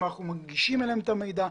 אנחנו מנגישים אליהם את המידע?